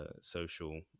social